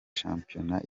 shampiyona